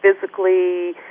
physically